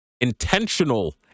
intentional